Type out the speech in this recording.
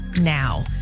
now